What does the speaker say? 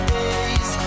days